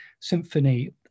symphony